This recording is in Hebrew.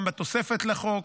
גם בתוספת לחוק,